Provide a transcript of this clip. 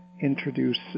introduce